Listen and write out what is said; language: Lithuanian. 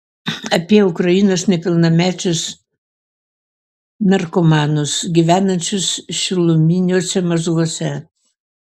apie ukrainos nepilnamečius narkomanus gyvenančius šiluminiuose mazguose